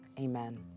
Amen